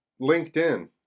LinkedIn